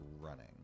running